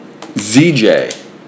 ZJ